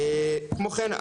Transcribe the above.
כמו כן,